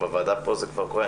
בוועדה פה זה כבר קורה.